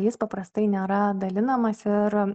jis paprastai nėra dalinamas ir